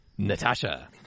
Natasha